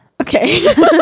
Okay